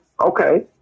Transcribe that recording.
okay